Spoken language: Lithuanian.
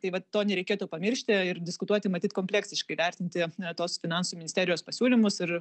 tai vat to nereikėtų pamiršti ir diskutuoti matyt kompleksiškai vertinti tos finansų ministerijos pasiūlymus ir